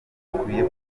ntibikwiye